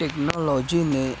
technology میں